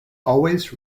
always